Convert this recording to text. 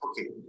Okay